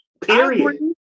Period